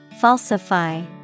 Falsify